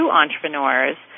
entrepreneurs